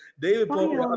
David